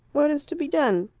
what is to be done?